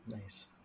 Nice